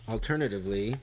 Alternatively